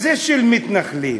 זה של מתנחלים